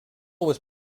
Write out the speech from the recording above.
was